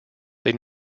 they